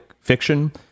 fiction